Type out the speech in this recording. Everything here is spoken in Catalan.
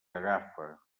agafa